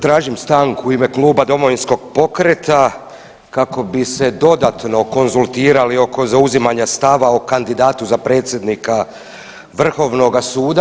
Tražim stanku u ime Kluba Domovinskog pokreta kako bi se dodatno konzultirali oko zauzimanja stava o kandidatu za predsjednika Vrhovnoga suda.